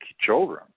children